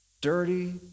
dirty